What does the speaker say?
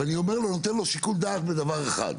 ואני אומר לו, אני נותן לו שיקול דעת בדבר אחד.